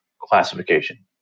classification